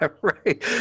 Right